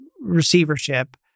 receivership